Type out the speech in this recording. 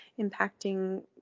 impacting